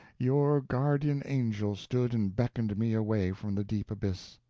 your guardian angel stood and beckoned me away from the deep abyss.